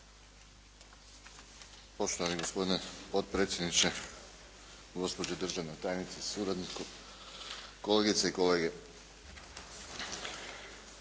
Poštovani gospodine potpredsjedniče, gospođo državna tajnice sa suradnikom, kolegice i kolege.